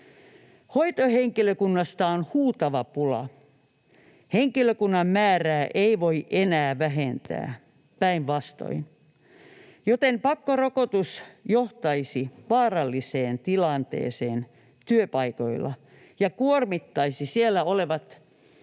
Hoitohenkilökunnasta on huutava pula. Henkilökunnan määrää ei voi enää vähentää, päinvastoin, joten pakkorokotus johtaisi vaaralliseen tilanteeseen työpaikoilla ja kuormittaisi siellä, sairaaloissa,